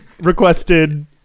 Requested